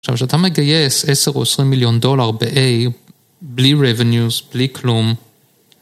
עכשיו, כשאתה מגייס 10 או 20 מיליון דולר ב-A בלי revenues, בלי כלום